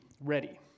ready